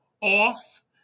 off